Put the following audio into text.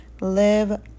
live